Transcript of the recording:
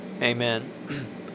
Amen